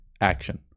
action